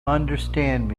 understand